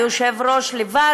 היושב-ראש לבד,